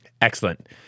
Excellent